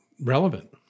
relevant